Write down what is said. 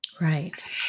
Right